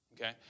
okay